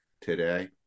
today